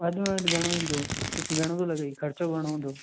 वधि में वधि घणो ईंदो तोखे घणो थो लॻेई ख़र्चो घणो हूंदो